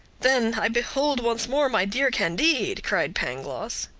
then i behold, once more, my dear candide, cried pangloss.